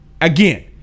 Again